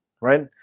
right